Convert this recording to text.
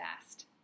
fast